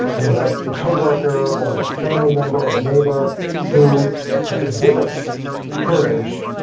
yeah the the coworker, or the family member, or the neighbor who exhibits courage,